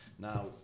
Now